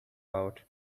out